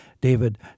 David